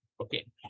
Okay